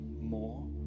more